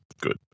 good